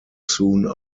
soon